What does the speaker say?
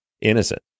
innocent